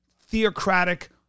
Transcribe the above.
theocratic